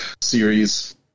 series